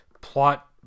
plot